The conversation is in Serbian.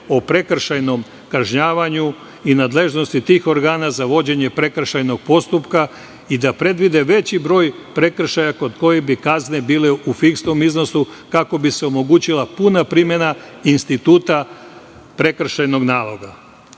o prekršajnom kažnjavanju i nadležnosti tih organa za vođenje prekršajnog postupka i da predvide veći broj prekršaja kod kojih bi kazne bile u fiksnom iznosu, kako bi se omogućila puna primena instituta prekršajnog naloga. Takođe,